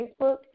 Facebook